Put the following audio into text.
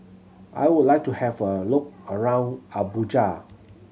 I would like to have a look around Abuja